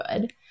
good